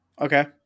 Okay